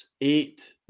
Eight